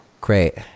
Great